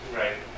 right